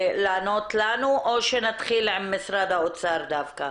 או שנתחיל עם משרד האוצר דווקא.